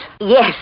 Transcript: Yes